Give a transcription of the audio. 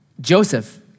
Joseph